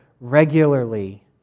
regularly